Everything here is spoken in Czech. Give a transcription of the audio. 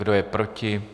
Kdo je proti?